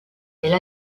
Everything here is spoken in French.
elle